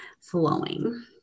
flowing